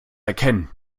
erkennen